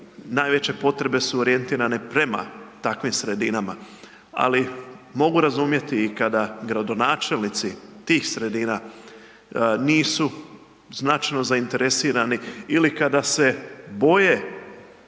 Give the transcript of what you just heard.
najveće potrebe su orijentirane prema takvim sredinama. Ali mogu razumjeti i kada gradonačelnici tih sredina nisu značajno zainteresirani ili kada se boje